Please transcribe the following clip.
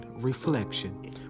Reflection